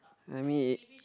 let me